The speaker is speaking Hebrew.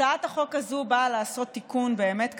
הצעת החוק הזו באה לעשות תיקון באמת קטן,